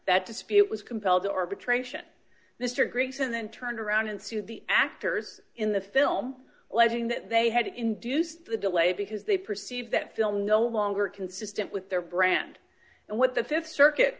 that dispute was compelled to arbitration mr griggs and then turned around and sued the actors in the film alleging that they had induced the delay because they perceive that film no longer consistent with their brand and what the th circuit